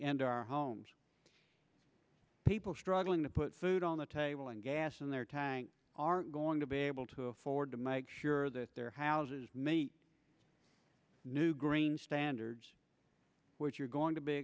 homes people struggling to put food on the table and gas in their tank aren't going to be able to afford to make sure that their houses many new green standards which are going to be